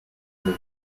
the